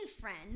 friends